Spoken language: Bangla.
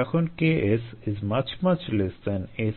যখন KS≪ Si